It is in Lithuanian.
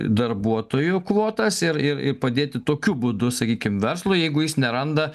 darbuotojų kvotas ir ir ir padėti tokiu būdu sakykim verslui jeigu jis neranda